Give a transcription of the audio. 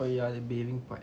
oh ya the bathing part